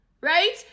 right